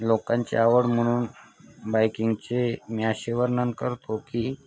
लोकांची आवड म्हणून बायकिंगचे मी असे वर्णन करतो की